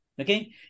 Okay